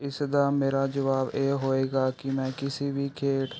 ਇਸ ਦਾ ਮੇਰਾ ਜਵਾਬ ਇਹ ਹੋਏਗਾ ਕਿ ਮੈਂ ਕਿਸੇ ਵੀ ਖੇਡ